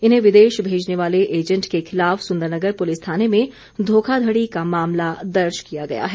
इन्हें विदेश भेजने वाले एजेंट के खिलाफ सुंदरनगर पुलिस थाने में धोखाधड़ी का मामला दर्ज किया है